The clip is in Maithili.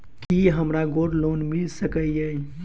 की हमरा गोल्ड लोन मिल सकैत ये?